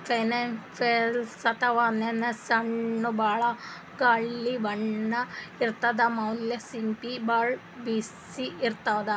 pineapple ಅಥವಾ ಅನಾನಸ್ ಹಣ್ಣ್ ಒಳ್ಗ್ ಹಳ್ದಿ ಬಣ್ಣ ಇರ್ತದ್ ಮ್ಯಾಲ್ ಸಿಪ್ಪಿ ಭಾಳ್ ಬಿರ್ಸ್ ಇರ್ತದ್